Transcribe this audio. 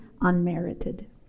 unmerited